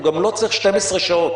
הוא גם לא צריך 12 שעות,